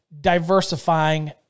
diversifying